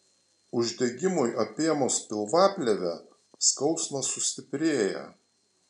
uždegimui apėmus pilvaplėvę skausmas sustiprėja